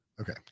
Okay